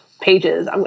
pages